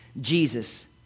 Jesus